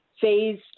phase